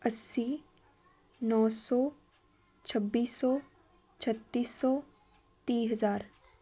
ਅੱਸੀ ਨੌ ਸੌ ਛੱਬੀ ਸੌ ਛੱਤੀ ਸੌ ਤੀਹ ਹਜ਼ਾਰ